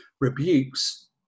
rebukes